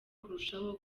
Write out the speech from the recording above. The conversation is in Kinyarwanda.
kurushaho